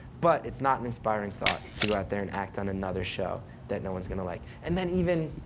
but it's not an inspiring thought to go out there and act on another show that no one's going to like. and then even,